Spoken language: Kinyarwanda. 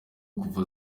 kuva